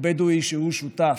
הוא בדואי שהוא שותף.